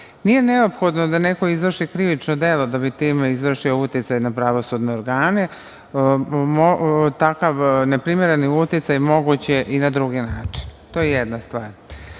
Nije neophodno da neko izvrši krivično delo da bi time izvršio uticaj na pravosudne organe. Takav neprimereni uticaj moguće je i na drugi način, to je jedna stvar. Pod